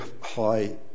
high